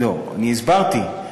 לא, אני הסברתי.